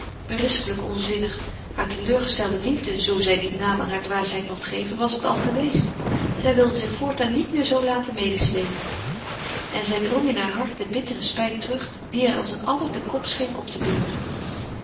berispelijk onzinnig haar teleurgestelde liefde zoo zij dien naam aan haar dwaasheid mocht geven was het al geweest zij wilde zich voortaan niet meer zoo laten medesleepen en zij drong in haar hart de bittere spijt terug die er als een adder den kop scheen op te beuren